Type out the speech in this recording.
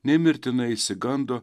nei mirtinai išsigando